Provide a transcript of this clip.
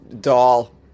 doll